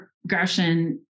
progression